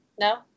No